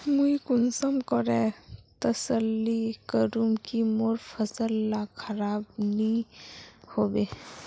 मुई कुंसम करे तसल्ली करूम की मोर फसल ला खराब नी होबे?